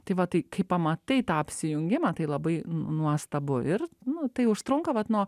tai va tai kai pamatai tą apsijungimą tai labai nuostabu ir nu tai užtrunka vat nuo